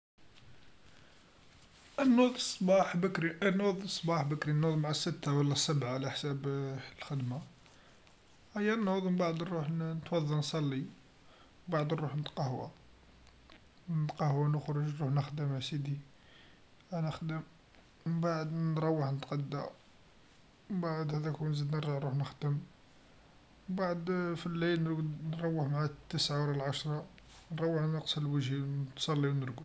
أنوض صباح بكري، أنوض صباح بكري أنوض مع ستا و لا سبعا على حساب الخدما أيا نوض مبعد نروح ن-نتوضا نصلي، مبعد نروح نتقهوى، نتقهوي نخرج نروح نخدم أسيدي، أنخدم مبعد نروح نتغذى، مبعد هذاك وين نزيد نروح نخدم، مبعد في الليل نرقد نروح مع تسعا و لا العشرا نروح نغسل وجهي نصلي و نرقد.